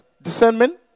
discernment